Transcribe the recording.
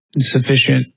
sufficient